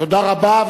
תודה רבה,